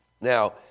Now